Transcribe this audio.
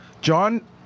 John